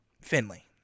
Finley